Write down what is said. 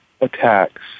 attacks